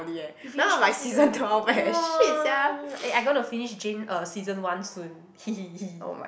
you finished one season !wah! eh I gonna finish Jane uh season one soon hehehe